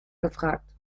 gefragt